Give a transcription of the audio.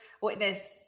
witness